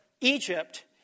Egypt